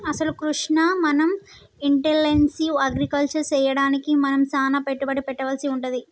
అసలు కృష్ణ మనం intensive agriculture సెయ్యడానికి మనం సానా పెట్టుబడి పెట్టవలసి వుంటది